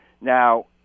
Now